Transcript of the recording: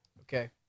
Okay